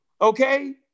okay